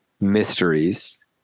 mysteries